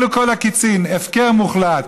כלו כל הקיצין, הפקר מוחלט.